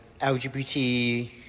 LGBT